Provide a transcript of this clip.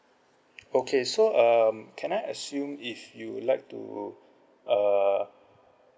okay so um can I assume if you would like to uh